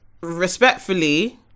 Respectfully